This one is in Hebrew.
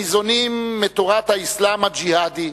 הניזונים מתורת האסלאם הג'יהאדי,